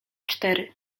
cztery